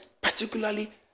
particularly